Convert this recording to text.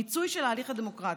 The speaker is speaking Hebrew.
מיצוי של ההליך הדמוקרטי.